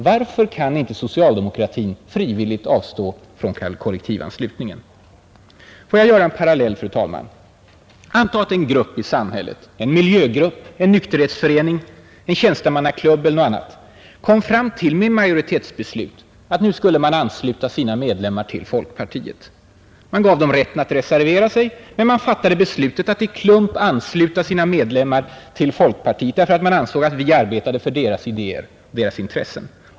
Varför kan inte socialdemokratin frivilligt avstå från kollektivanslutningen? Får jag göra en parallell. Antag att en grupp i samhället — en miljögrupp, en nykterhetsförening, en tjänstemannaklubb eller liknande — med majoritetsbeslut kom fram till att de skulle ansluta sina medlemmar till folkpartiet. Antag att man gav dem rätt att reservera sig, men alltså fattade beslutet att i klump ansluta föreningens medlemmar till folkpartiet, därför att man ansåg att vi arbetar för deras iddger och intressen.